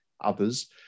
others